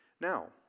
Now